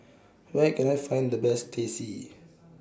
Where Can I Find The Best Teh C